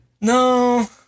no